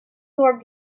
more